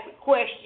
question